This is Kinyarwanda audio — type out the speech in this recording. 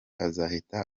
azahita